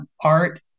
art